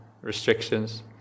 restrictions